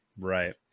Right